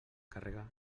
càrrega